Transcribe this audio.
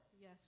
Yes